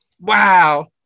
Wow